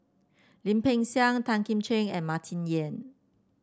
Lim Peng Siang Tan Kim Ching and Martin Yan